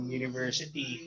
university